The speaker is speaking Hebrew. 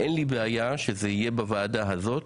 אין לי בעיה שזה יהיה בוועדה הזאת,